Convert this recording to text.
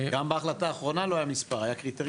גם בהחלטה האחרונה לא היה מספר, היו קריטריונים.